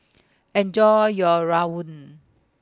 Enjoy your Rawon